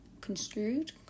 Construed